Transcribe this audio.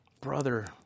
Brother